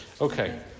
Okay